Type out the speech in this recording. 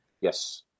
Yes